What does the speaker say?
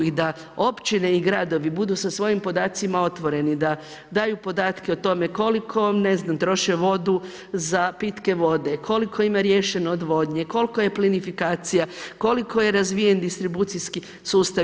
I da općine i gradovi budu sa svojim podacima otvoreni, da daju podatke o tome koliko ne znam troše vodu za pitke vode, koliko ima riješeno odvodnje, koliko je plinifikacija, koliko je razvijen distribucijski sustav.